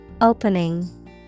Opening